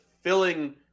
filling